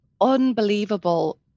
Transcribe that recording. unbelievable